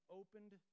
opened